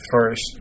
first